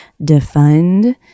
defund